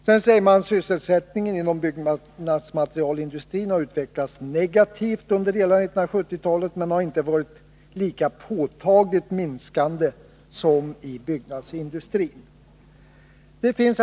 Det sägs också att sysselsättningen inom byggnadsmaterialindustrin har utvecklats negativt under hela 1970-talet, men inte varit lika påtagligt minskande som i byggnadsindustrin. Herr talman!